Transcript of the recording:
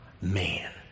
man